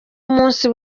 umunsi